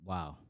Wow